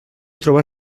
trobar